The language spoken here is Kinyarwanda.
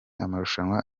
amarushanwa